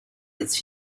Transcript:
its